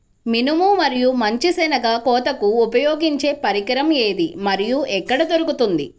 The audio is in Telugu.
మినుము మరియు మంచి శెనగ కోతకు ఉపయోగించే పరికరం ఏది మరియు ఎక్కడ దొరుకుతుంది?